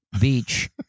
beach